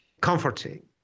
comforting